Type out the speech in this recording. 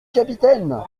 capitaine